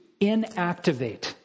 inactivate